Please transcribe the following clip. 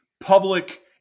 public